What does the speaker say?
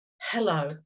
hello